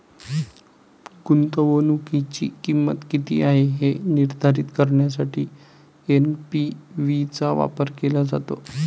गुंतवणुकीची किंमत किती आहे हे निर्धारित करण्यासाठी एन.पी.वी चा वापर केला जातो